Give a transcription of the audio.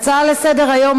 ההצעה הראשונה לסדר-היום: